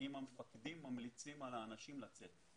אם המפקדים ממליצים על האנשים לצאת לקורס.